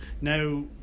now